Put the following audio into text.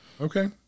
okay